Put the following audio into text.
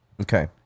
Okay